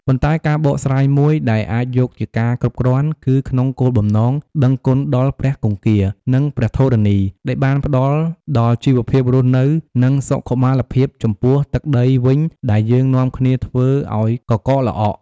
ប៉ុន្តែ ការបកស្រាយមួយដែលអាចយកជាការគ្រប់គ្រាន់ គឺក្នុងគោលបំណង «ដឹងគុណដល់ព្រះគង្គា និងព្រះធរណី ដែលបានផ្តល់ដល់ជីវភាពរស់នៅ និងសុខុមាលភាពចំពោះទឹកដីវិញដែលយើងនាំគ្នាធ្វើឱ្យកករល្អក់»។